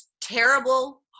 terrible